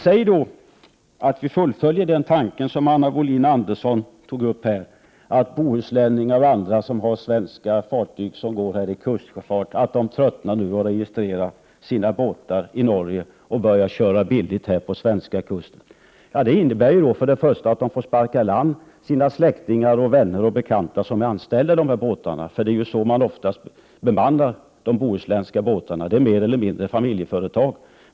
Låt oss fullfölja den tanke som Anna Wohlin-Andersson tog upp här, att bohuslänningar och andra som har svenska fartyg som går i kustsjöfart skulle tröttna och registrera sina båtar i Norge och börja köra billigt på den svenska kusten. Det innebär i första hand att de får sparka i land sina släktingar, vänner och bekanta som är anställda på båtarna. De bohuslänska båtarna bemannas oftast på det sättet. Det rör sig mer eller mindre om familjeföretag.